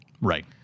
Right